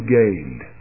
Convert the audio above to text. gained